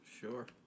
sure